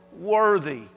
worthy